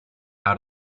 out